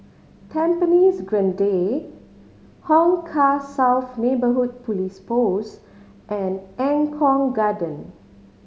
Tampines Grande Hong Kah South Neighbourhood Police Post and Eng Kong Garden